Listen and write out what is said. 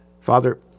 Father